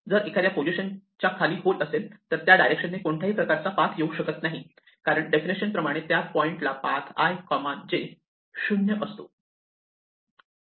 जर एखाद्या पोजिशन च्या खाली होल असेल तर त्या डायरेक्शन ने कोणत्याही प्रकारचा पाथ येऊ शकत नाही कारण डेफिनेशन प्रमाणे त्या पॉईंट ला पाथ i j 0 असतो